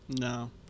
No